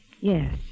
Yes